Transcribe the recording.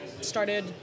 Started